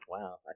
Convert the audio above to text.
wow